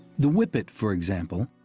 the whippet, for example,